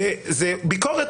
זאת ביקורת